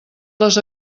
les